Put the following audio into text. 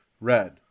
Red